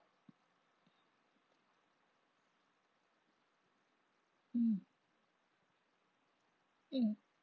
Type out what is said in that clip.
mm mm